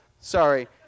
Sorry